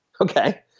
Okay